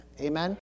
Amen